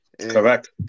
Correct